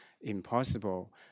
impossible